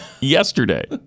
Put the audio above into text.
yesterday